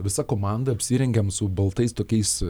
visa komanda apsirengėm su baltais tokiais